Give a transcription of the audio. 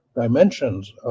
dimensions